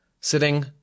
sitting